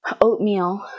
oatmeal